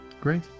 Great